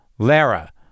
Lara